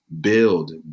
build